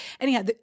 anyhow